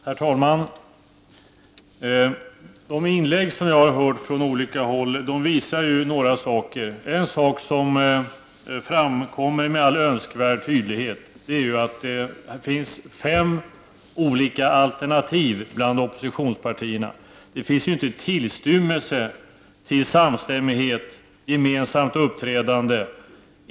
Herr talman! De inlägg som jag har hört från olika håll visar bl.a. med all önskvärd tydlighet att det finns fem olika alternativ bland oppositionspartierna. Det finns inte en tillstymmelse till samstämmighet och gemensamt uppträdande.